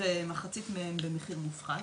ומחצית מהן במחיר מופחת.